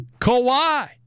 Kawhi